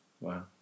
Wow